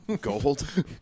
Gold